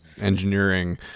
engineering